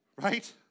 Right